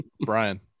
Brian